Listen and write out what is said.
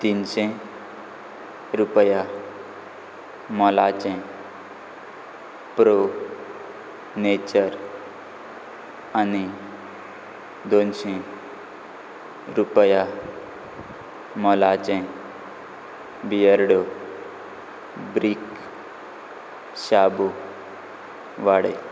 तिनशें रुपया मोलाचें प्रो नेचर आनी दोनशें रुपया मोलाचें बियर्डो ब्रीक शाबू वाडय